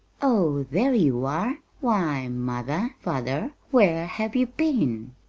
oh, there you are! why, mother, father, where have you been?